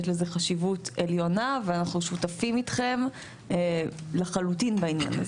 יש לזה חשיבות עליונה ואנחנו שותפים אתכם לחלוטין בעניין הזה.